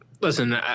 listen